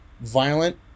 violent